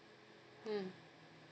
mm